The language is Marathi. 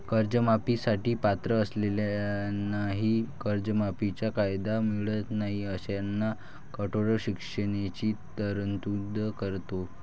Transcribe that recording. कर्जमाफी साठी पात्र असलेल्यांनाही कर्जमाफीचा कायदा मिळत नाही अशांना कठोर शिक्षेची तरतूद करतो